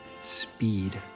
speed